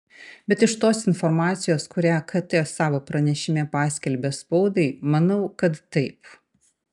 bet iš tos informacijos kurią kt savo pranešime paskelbė spaudai manau kad taip